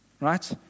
Right